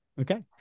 Okay